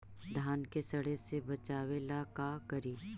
धान के सड़े से बचाबे ला का करि?